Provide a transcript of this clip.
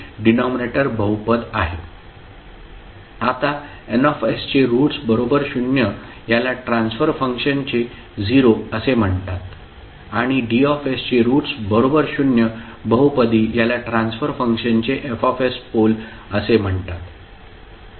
आता N चे roots बरोबर शून्य याला 'ट्रान्सफर फंक्शन चे 0' असे म्हणतात आणि D चे रुट्स बरोबर शून्य बहुपदी याला ट्रान्सफर फंक्शनचे F पोल असे म्हणतात